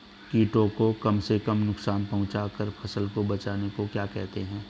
कीटों को कम से कम नुकसान पहुंचा कर फसल को बचाने को क्या कहते हैं?